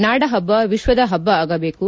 ನಾಡಹಬ್ಬ ವಿಶ್ವದ ಹಬ್ಬ ಆಗಬೇಕು